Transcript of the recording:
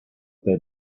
their